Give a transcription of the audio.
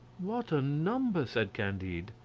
what a number! said candide.